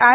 I